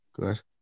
Good